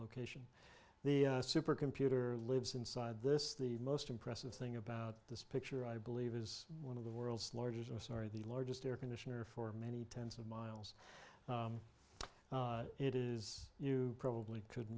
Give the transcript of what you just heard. location the supercomputer lives inside this the most impressive thing about this picture i believe is one of the world's largest i'm sorry the largest air conditioner for many tens of miles it is you probably could